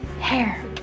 hair